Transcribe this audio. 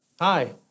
Hi